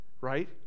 right